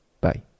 Bye